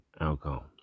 alcohol